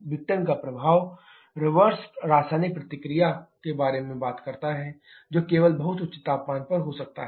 विघटन का प्रभाव रिवर्स रासायनिक प्रतिक्रिया के बारे में बात करता है जो केवल बहुत उच्च तापमान पर हो सकता है